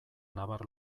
nabar